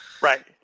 Right